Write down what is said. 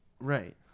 right